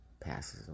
passes